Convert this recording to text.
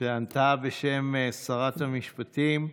שענתה בשם שר המשפטים.